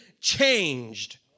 changed